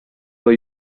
were